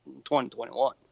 2021